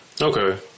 Okay